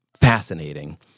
fascinating